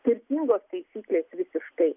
skirtingos taisyklės visiškai